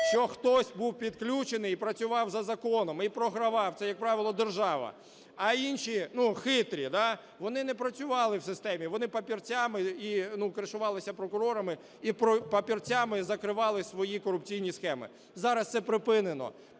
що хтось був підключений і працював за законом, і програвав, це як правило держава, а інші, хитрі, вони не працювали в системі, вони папірцями і кришувалися прокурорами, і папірцями закривали свої корупційні схеми. Зараз це припинено.